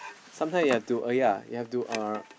sometimes you have to oh ya you have to uh